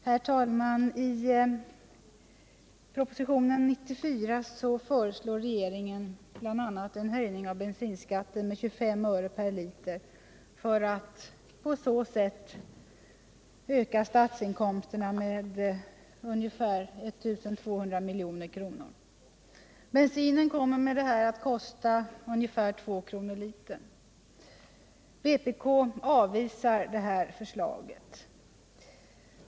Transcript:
Herr talman! I propositionen 94 föreslår regeringen bl.a. en höjning av bensinskatten med 25 öre per liter för att på så sätt öka statsinkomsterna med ca I 200 milj.kr. Bensinen kommer därmed att kosta ungefär 2 kr. litern. Vpk avvisar detta förslag.